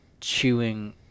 chewing